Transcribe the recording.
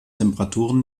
temperaturen